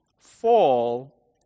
fall